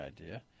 idea